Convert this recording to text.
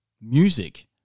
music